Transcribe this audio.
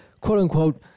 quote-unquote